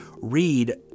read